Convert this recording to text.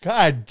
God